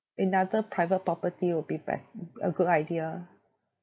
another private property will be bet~ a good idea